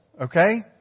okay